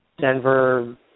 Denver